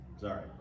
Sorry